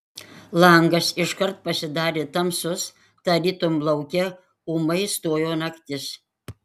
langas iškart pasidarė tamsus tarytum lauke ūmai stojo naktis